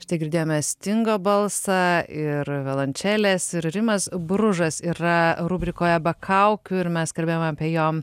štai girdėjome stingo balsą ir violončelės ir rimas bružas yra rubrikoje be kaukių ir mes kalbėjome apie jo